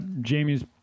jamie's